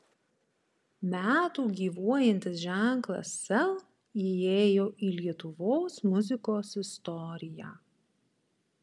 metų gyvuojantis ženklas sel įėjo į lietuvos muzikos istoriją